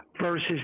versus